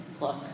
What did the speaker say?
look